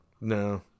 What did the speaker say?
No